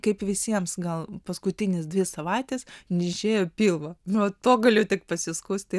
kaip visiems gal paskutinis dvi savaites pilvą nuo to galiu tik pasiskųsti